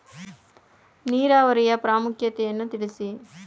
ನೀರಾವರಿಯ ಪ್ರಾಮುಖ್ಯತೆ ಯನ್ನು ತಿಳಿಸಿ?